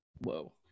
Whoa